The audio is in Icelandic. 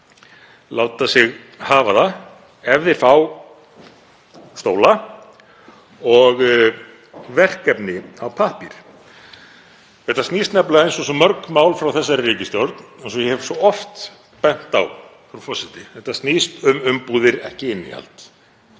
láta sig hafa það ef þeir fá stóla og verkefni á pappír. Þetta snýst nefnilega eins og svo mörg mál frá þessari ríkisstjórn, eins og ég hef svo oft bent á, frú forseti, um umbúðir, ekki innihald.